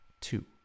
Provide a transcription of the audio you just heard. two